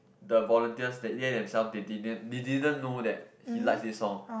the volunteers that Yan and Selv they didn't they didn't know that he likes this song